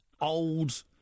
old